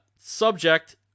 Subject